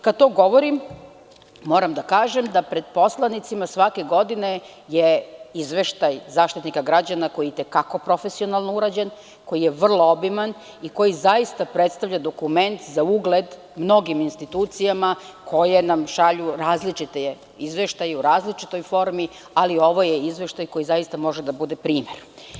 Kada to govorim, moram da kažem da pred poslanicima svake godine je izveštaj Zaštitnika građana koji je i te kako profesionalno urađen, koji je vrlo obiman i koji zaista predstavlja dokument za ugled mnogim institucijama koje nam šalju različite izveštaje u različitoj formi, ali ovo je izveštaj koji zaista može da bude primer.